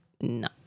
no